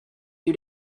due